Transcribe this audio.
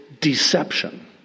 deception